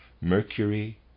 Mercury